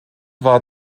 war